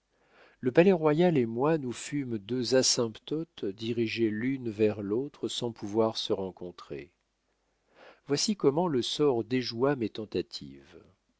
le palais-royal et moi nous fûmes deux asymptotes dirigées l'une vers l'autre sans pouvoir se rencontrer voici comment le sort déjoua mes tentatives